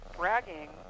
bragging